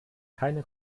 keine